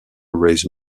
raise